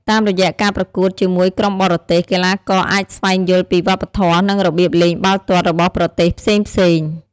តាមរយៈការប្រកួតជាមួយក្រុមបរទេស កីឡាករអាចស្វែងយល់ពីវប្បធម៌ និងរបៀបលេងបាល់ទាត់របស់ប្រទេសផ្សេងៗ។